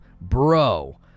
bro